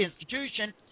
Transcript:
institution